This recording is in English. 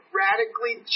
radically